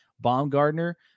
Baumgartner